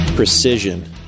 Precision